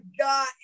God